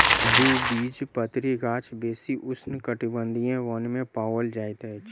द्विबीजपत्री गाछ बेसी उष्णकटिबंधीय वन में पाओल जाइत अछि